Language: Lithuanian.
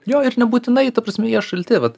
jo ir nebūtinai ta prasme jie šalti vat